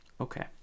Okay